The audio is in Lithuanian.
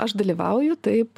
aš dalyvauju taip